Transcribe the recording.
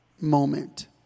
moment